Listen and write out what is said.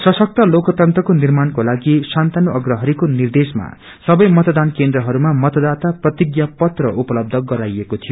सशक्त नलोकतन्त्रको निार्माणको लागि शान्तनु अहरिको निद्रेशमा सबै मतदान केन्द्रहरूमा मतदाता प्रतिज्ञा पत्र उपलब्ध गराइएको थियो